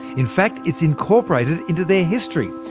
in fact, it's incorporated into their history.